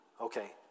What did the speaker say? Okay